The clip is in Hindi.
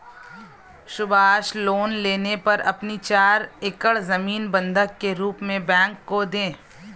सुभाष लोन लेने पर अपनी चार एकड़ जमीन बंधक के रूप में बैंक को दें